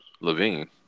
Levine